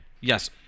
Yes